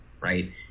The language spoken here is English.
right